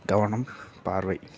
கவனம் பார்வை